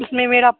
उसमे मेरा